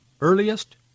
earliest